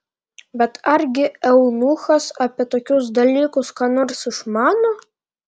bet argi eunuchas apie tokius dalykus ką nors išmano